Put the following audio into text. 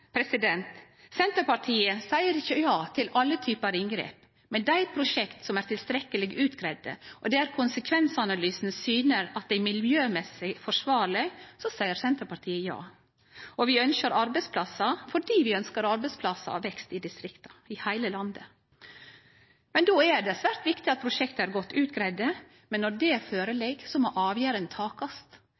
Senterpartiet seier ikkje ja til alle typar inngrep, men dei prosjekta som er tilstrekkeleg utgreidde, og der konsekvensanalysane syner at det er miljømessig forsvarleg, seier Senterpartiet ja til. Vi ønskjer arbeidsplassar fordi vi ønskjer vekst i distrikta, i heile landet. Då er det svært viktig at prosjekta er godt utgreidde, men når utgreiinga føreligg, må avgjerdene takast.